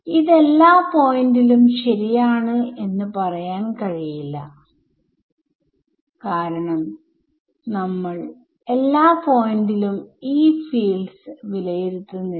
ഇതെല്ലാ പോയിന്റിലും ശരിയാണ് എന്ന് പറയാൻ കഴിയില്ല കാരണം നമ്മൾ എല്ലാ പോയിന്റിലും ഈ ഫീൽഡ്സ് വിലയിരുത്തുന്നില്ല